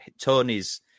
Tony's